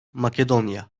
makedonya